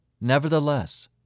Nevertheless